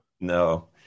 no